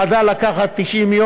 חדל לקחת 90,